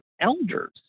elders